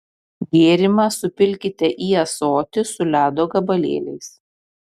gėrimą supilkite į ąsotį su ledo gabalėliais